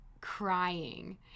crying